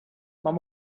mam